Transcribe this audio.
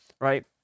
right